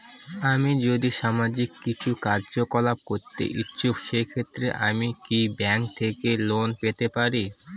আমি যদি সামাজিক কিছু কার্যকলাপ করতে ইচ্ছুক সেক্ষেত্রে আমি কি ব্যাংক থেকে লোন পেতে পারি?